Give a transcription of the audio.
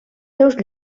seus